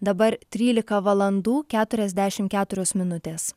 dabar trylika valandų keturiasdešimt keturios minutės